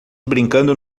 brincando